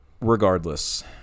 regardless